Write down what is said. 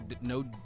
no